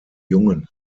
jungen